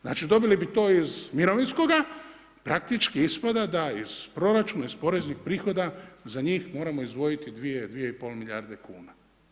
Znači, dobili bi to iz mirovinskoga i praktički ispada da iz proračuna iz poreznih prihoda za njih moramo izdvojiti 2, 2 i pol milijarde kuna.